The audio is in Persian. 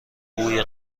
بوی